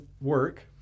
work